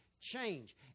change